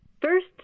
First